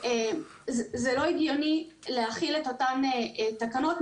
זה לא הגיוני להחיל את אותן תקנות,